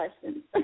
questions